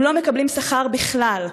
הם לא מקבלים שכר בכלל.